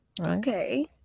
okay